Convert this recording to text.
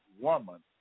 woman